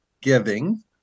giving